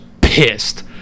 pissed